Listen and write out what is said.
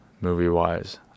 movie-wise